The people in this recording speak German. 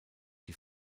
die